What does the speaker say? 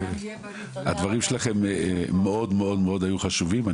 הדברים שלכם היו מאוד חשובים,